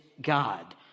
God